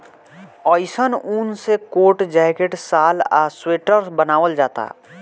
अइसन ऊन से कोट, जैकेट, शाल आ स्वेटर बनावल जाला